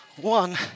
one